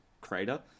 crater